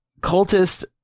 Cultist